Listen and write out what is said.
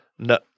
No